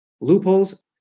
Loopholes